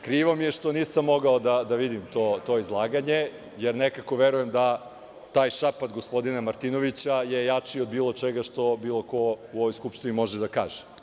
Krivo mi je što nisam mogao da vidim to izlaganje, jer nekako verujem da taj šapat gospodina Martinovića je jači od bilo čega što bilo ko u ovoj Skupštini može da kaže.